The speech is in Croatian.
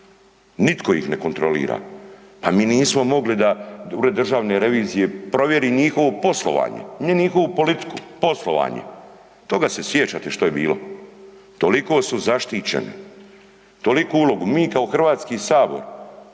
nitko ih ne kontrolira. Pa mi nismo mogli da ured državne revizije provjeri njihovo poslovanje, ne njihovu politiku, poslovanje, toga se sjećate što je bilo, toliko su zaštićeni, toliku ulogu, mi kao Hrvatski sabor